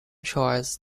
choice